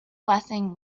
blessing